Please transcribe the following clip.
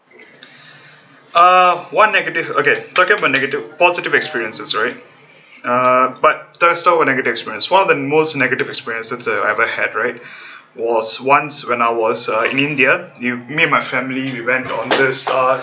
uh one negative okay talking about negative positive experiences sorry uh but let's talk about negative experience one of the most negative experience I've ever had right was once when I was uh in india me me and my family we went on this uh